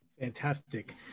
fantastic